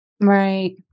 Right